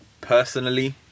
personally